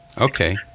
Okay